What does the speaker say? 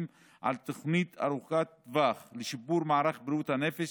על תוכנית ארוכת טווח לשיפור מערך בריאות הנפש,